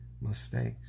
mistakes